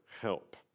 help